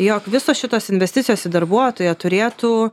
jog visos šitos investicijos į darbuotoją turėtų